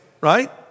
right